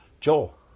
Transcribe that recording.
Joel